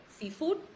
Seafood